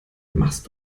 machst